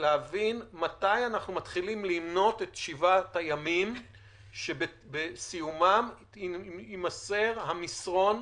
להבין מתי אנחנו מתחילים למנות את שבעת הימים שבסיומם יימסר המסרון